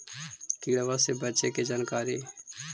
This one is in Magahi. किड़बा से बचे के जानकारी?